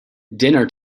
dinner